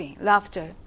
laughter